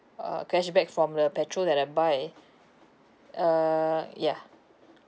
uh cashback from the petrol that I buy uh yeah